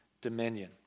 dominion